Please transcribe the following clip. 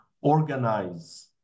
organize